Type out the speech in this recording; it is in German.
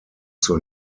zur